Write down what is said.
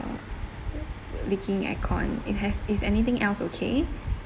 uh leaking aircon it has is anything else okay